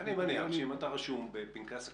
--- אני מניח שאם אתה רשום בפנקס הקבלנים,